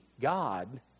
God